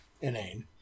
inane